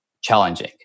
challenging